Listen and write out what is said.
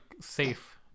safe